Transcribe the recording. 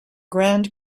grand